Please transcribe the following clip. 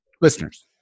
listeners